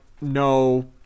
no